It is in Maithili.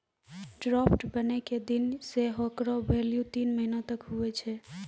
ड्राफ्ट बनै के दिन से हेकरो भेल्यू तीन महीना तक हुवै छै